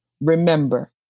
Remember